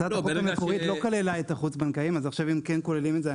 הצעת החוק המקורית לא כללה את החוץ-בנקאיים ועכשיו הם כן כוללים את זה.